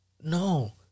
no